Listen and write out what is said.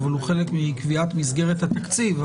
אבל הוא חלק מקביעת מסגרת התקציב.